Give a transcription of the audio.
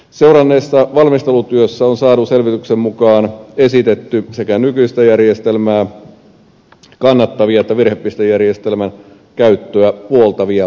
seuranneessa valmistelutyössä on saadun selvityksen mukaan esitetty sekä nykyistä järjestelmää kannattavia että virhepistejärjestelmän käyttöä puoltavia kannanottoja